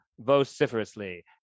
Vociferously